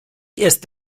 jest